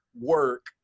work